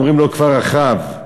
אומרים הוא כבר רכב /